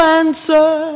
answer